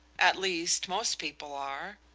at least, most people are.